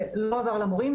זה לא עבר למורים,